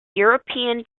european